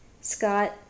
Scott